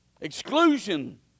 Exclusion